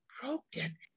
broken